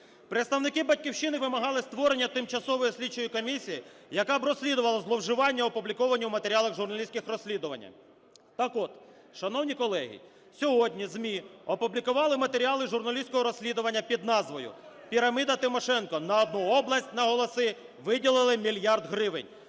Представники "Батьківщини" вимагали створення тимчасової слідчої комісії, яка б розслідувала зловживання, опубліковані в матеріалах журналістських розслідувань. Так от, шановні колеги, сьогодні ЗМІ опублікували матеріали журналістського розслідування під назвою "Піраміда Тимошенко. На одну область на голоси виділили мільярд гривень".